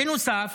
בנוסף,